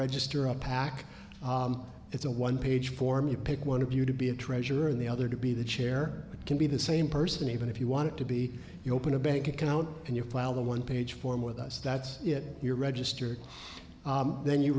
register a pac it's a one page form you pick one of you to be a treasure in the other to be the chair can be the same person even if you want to be you open a bank account and you file the one page form with us that's it you're registered then you